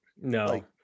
no